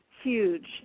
huge